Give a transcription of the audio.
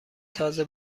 تازه